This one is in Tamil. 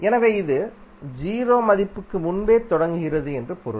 எனவே இது 0 மதிப்புக்கு முன்பே தொடங்குகிறது என்று பொருள்